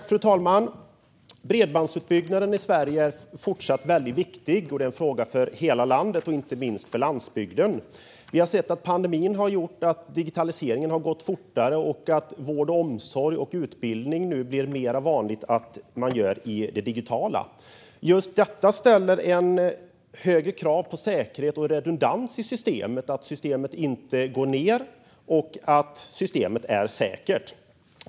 Fru talman! Bredbandsutbyggnaden i Sverige är fortsatt väldigt viktig, och det är en fråga för hela landet och inte minst för landsbygden. Vi har sett att pandemin har gjort att digitaliseringen har gått fortare och att vård och omsorg och utbildning nu blir mer vanligt att utöva digitalt. Just detta ställer högre krav på säkerhet och redundans i systemet - att systemet inte går ned och att systemet är säkert.